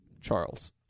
Charles